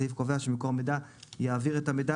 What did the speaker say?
הסעיף קובע שמקור מידע יעביר את המידע